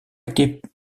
étaient